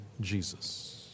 Jesus